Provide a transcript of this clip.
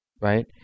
right